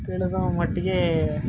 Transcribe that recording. ತಿಳಿದ ಮಟ್ಟಿಗೆ